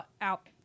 out